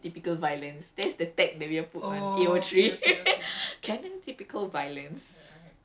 but macam it's very like we we call it like what anime typical lah canon typical violence